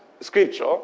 scripture